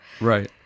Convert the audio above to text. Right